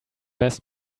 best